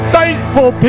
thankful